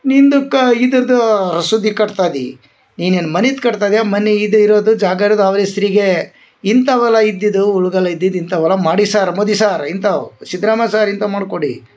ನಿಂದು ಕಾ ಇದರ್ದೂ ರಸೀದಿ ಕಟ್ತಾ ಇದ್ದಿ ನೀನು ಏನು ಮನಿದ ಕಟ್ದಾಗ ಮನೆ ಇದಯ ಇರುದು ಜಾಗ ಇರದ ಅವ್ರ ಹೆಸ್ರಿಗೆ ಇಂಥವಲ್ಲ ಇದ್ದಿದು ಇಂಥವಲ್ಲ ಮಾಡಿ ಸಾರ್ ಮೋದಿ ಸಾರ್ ಇಂಥಾವ್ ಸಿದ್ಧರಾಮಯ್ಯ ಸಾರ್ ಇಂಥಾವ್ ಮಾಡಿ ಕೊಡಿ